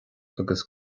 agus